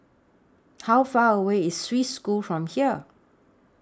How Far away IS Swiss School from here